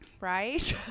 Right